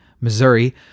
Missouri